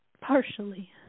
partially